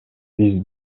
биз